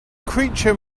creature